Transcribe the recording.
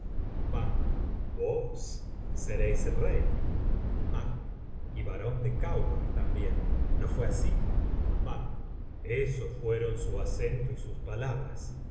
vos seréis rey macb y barón de candor también no fué así ban esos fueron su acento y sus palabras